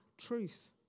truth